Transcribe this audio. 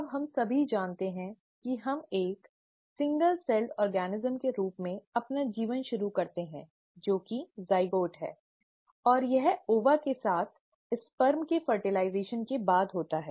अब हम सभी जानते हैं कि हम एक एकल कोशिका वाले जीव के रूप में अपना जीवन शुरू करते हैं जो कि ज़ाइगोट है और यह डिंब के साथ शुक्राणु के निषेचन के बाद होता है